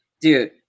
dude